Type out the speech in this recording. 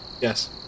Yes